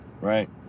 right